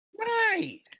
Right